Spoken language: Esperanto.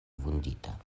vundita